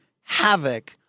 havoc